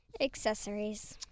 Accessories